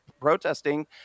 protesting